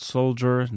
Soldier